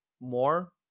more